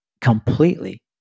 completely